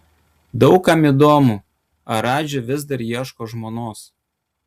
daug kam įdomu ar radži vis dar ieško žmonos